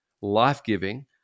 life-giving